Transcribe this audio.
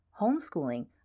Homeschooling